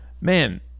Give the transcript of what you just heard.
Man